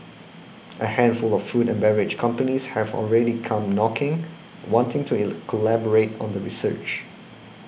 a handful of food and beverage companies have already come knocking wanting to collaborate on the research